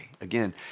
Again